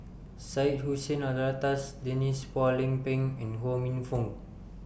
Syed Hussein Alatas Denise Phua Lay Peng and Ho Minfong